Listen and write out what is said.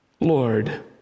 Lord